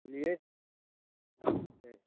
बोलिए अच्छे